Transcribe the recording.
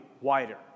wider